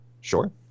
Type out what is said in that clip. Sure